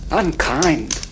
unkind